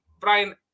Brian